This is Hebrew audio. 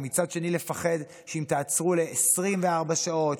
ומצד שני לפחד שאם תעצרו ל-24 שעות,